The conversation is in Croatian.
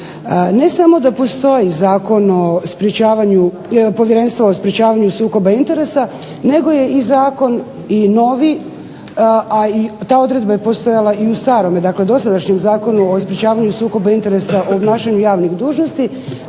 Ne samo da postoji Povjerenstvo o sprečavanju sukoba interesa nego je i zakon i novi, a i ta odredba je postojala i u starome, dakle dosadašnjem Zakonu o sprečavanju sukoba interesa o obnašanju javnih dužnosti